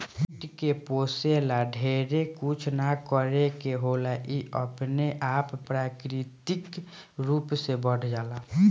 कीट के पोसे ला ढेरे कुछ ना करे के होला इ अपने आप प्राकृतिक रूप से बढ़ जाला